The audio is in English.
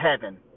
heaven